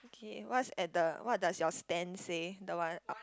okay what's at the what does your stand say the one up